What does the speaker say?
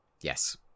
Yes